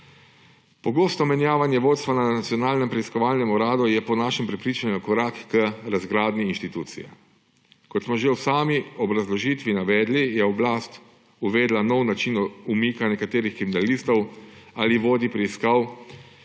Pogosto menjavanje vodstva na Nacionalnem preiskovalnem uradu je po našem prepričanju korak k razgradnji inštitucije. Kot smo že v sami obrazložitvi navedli, je oblast uvedla nov način umika nekaterih kriminalistov ali vodij preiskav,